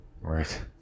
Right